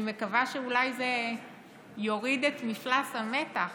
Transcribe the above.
אני מקווה שאולי זה יוריד את מפלס המתח